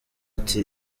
ati